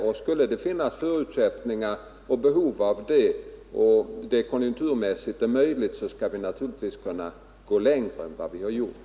Om det finns förutsättningar och behov och om det konjunkturmässigt är möjligt skall vi naturligtvis kunna gå längre än vi nu har gjort.